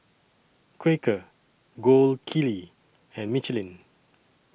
Quaker Gold Kili and Michelin